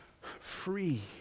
free